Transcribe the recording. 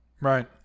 Right